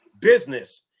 business